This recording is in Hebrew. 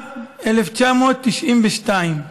שעד 1992,